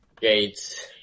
Gates